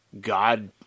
God